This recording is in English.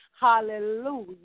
Hallelujah